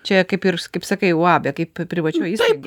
čia kaip ir kaip sakai uabe kaip privačioj įstaigoj